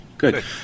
Good